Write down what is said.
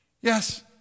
Yes